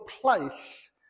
place